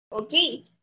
okay